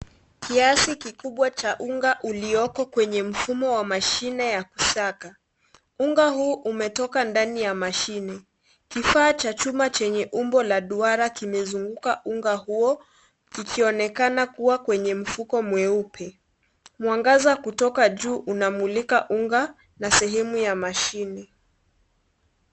Kiasi kikubwa cha unga ulioko kwenye mfumo wa mashine ya kusaka. Unga huu umetoka ndani ya mashine ,kifaa cha chuma chenye umbo la duara kimezunguka unga huo kikionekana kuwa kwenye mfuko mweupe . Mwangaza kutoka juu unamulika unga na sehemu ya mashine.